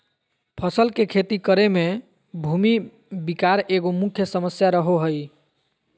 फसल के खेती करे में भूमि विकार एगो मुख्य समस्या रहो हइ